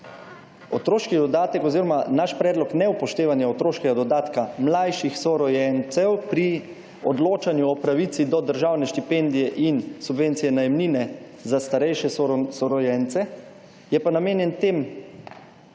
Otroški dodatek oziroma naš predlog neupoštevanja otroškega dodatka mlajših sorojencev pri odločanju o pravici do državne štipendije in subvencije najemnine za starejše sorojence je pa namenjen tem